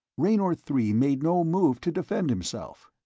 raynor three made no move to defend himself.